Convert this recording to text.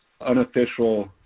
unofficial